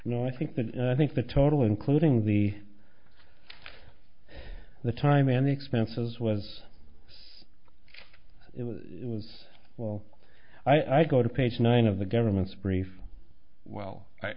know i think that i think the total including the the time in the expenses was it was it was well i go to page nine of the government's brief well i